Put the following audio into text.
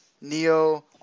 Neo